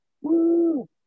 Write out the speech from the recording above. Woo